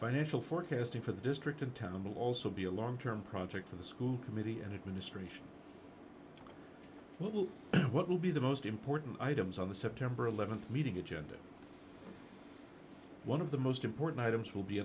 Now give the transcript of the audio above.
financial forecasting for the district in town will also be a long term project for the school committee and it ministration what will what will be the most important items on the september th meeting agenda one of the most important items will be